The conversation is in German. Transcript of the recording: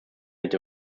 mit